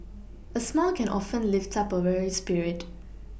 a smile can often lift up a weary spirit